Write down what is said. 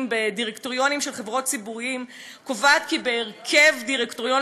בדירקטוריונים של חברות ציבוריות קובעת כי בהרכב דירקטוריון